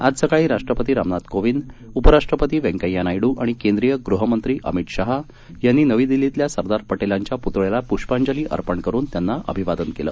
आज सकाळी राष्ट्रपती रामनाथ कोविंद उपराष्ट्रपती व्यंकैय्या नायडू आणि केंद्रीय गृहमंत्री अमित शाह यांनी नवी दिल्लीतल्या सरदार पटेलांच्या पुतळ्याला पुष्पांजली अर्पण करून त्यांना अभिवादन केलं